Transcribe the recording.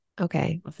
Okay